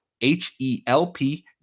H-E-L-P